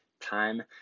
time